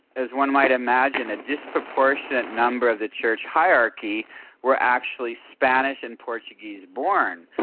as one might imagine, a disproportionate number of the church hierarchy were actually spanish and portuguese born.